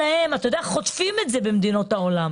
חוטפים את זה במדינות העולם.